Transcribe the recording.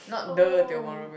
oh